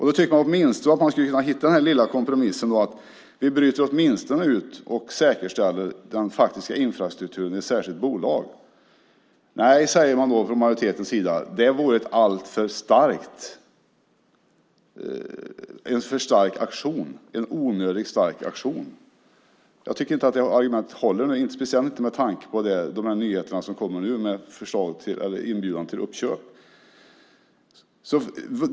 Då tycker jag att man åtminstone skulle kunna hitta den lilla kompromissen att vi bryter ut och säkerställer den faktiska infrastrukturen i ett särskilt bolag. Nej, säger man då från majoritetens sida, det vore en onödigt stark aktion. Jag tycker inte att det argumentet håller, speciellt inte med tanke på de nyheter som kommer nu, med inbjudan till uppköp.